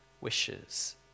wishes